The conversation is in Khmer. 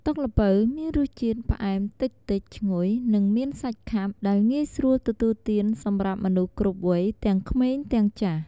ទឹកល្ពៅមានរសជាតិ ផ្អែមតិចៗ ឈ្ងុយ និងមានសាច់ខាប់ ដែលងាយស្រួលទទួលទានសម្រាប់មនុស្សគ្រប់វ័យ ទាំងក្មេងទាំងចាស់។